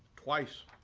twice.